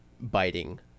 biting